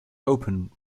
open